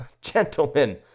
gentlemen